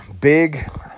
big